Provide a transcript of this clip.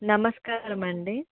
నమస్కారమండి